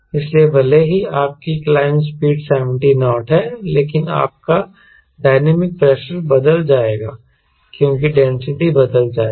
इसलिए भले ही आपकी क्लाइंब स्पीड 70 नॉट है लेकिन आपका डायनामिक प्रेशर बदल जाएगा क्योंकि डेंसिटी बदल जाएगा